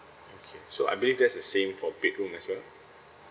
okay so I believe that's the same for bedroom as well